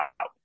out